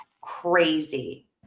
crazy